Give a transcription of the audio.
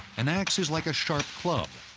an axe is like a sharp club.